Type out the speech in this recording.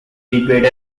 debate